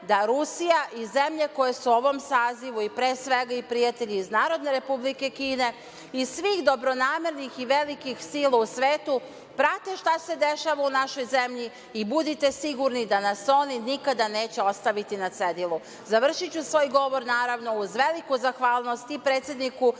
da Rusija i zemlje koje su u ovom sazivu i pre svega i prijatelji iz Narodne Republike Kine, iz svih dobronamernih i velikih sila u svetu prate šta se dešava u našoj zemlji i budite sigurni da nas oni nikada neće ostaviti na cedilu. Završiću svoj govor, naravno, uz veliku zahvalnost i predsedniku